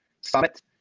Summit